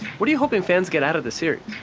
what are you hoping fans get out of the series?